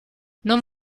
non